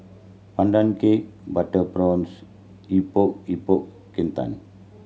Pandan Cake butter prawns Epok Epok Kentang